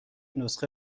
نسخه